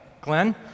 Glenn